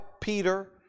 Peter